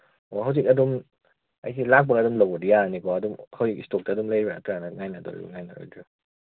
ꯑꯣ ꯍꯧꯖꯤꯛ ꯑꯗꯨꯝ ꯑꯩꯁꯤ ꯂꯥꯛꯄꯒ ꯑꯗꯨꯝ ꯂꯧꯕꯗꯤ ꯌꯥꯔꯅꯤꯀꯣ ꯑꯗꯨꯝ ꯑꯩꯈꯣꯏ ꯏꯁꯇꯣꯛꯇ ꯑꯗꯨꯝ ꯂꯩꯕ꯭ꯔꯥ ꯅꯠꯇ꯭ꯔꯒꯅ ꯅꯪꯅꯗꯣꯔꯤꯕ꯭ꯔꯥ ꯅꯪꯅꯔꯣꯏꯗꯧꯔꯤꯕ꯭ꯔꯥ